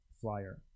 flyer